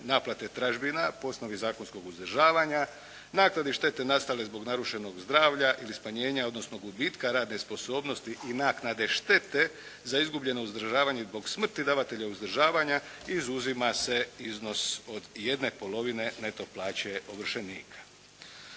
naplate tražbina po osnovi zakonskog uzdržavanja, naknadi štete nastale zbog narušenog zdravlja ili smanjenja, odnosno gubitka radne sposobnosti i naknade štete za izgubljeno uzdržavanje zbog smrti davatelja uzdržavanja izuzima se iznos od jedne polovine neto plaće ovršenika.